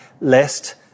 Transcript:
lest